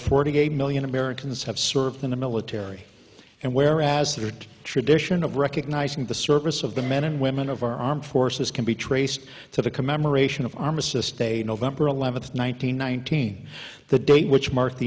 forty eight million americans have served in the military and where as the tradition of recognizing the service of the men and women of our armed forces can be traced to the commemoration of armistice day november eleventh one thousand nine hundred nineteen the date which marked the